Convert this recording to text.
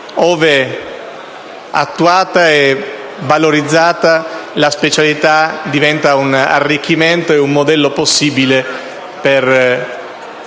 ove attuata e valorizzata, la specialità diventa un arricchimento ed un modello possibile per il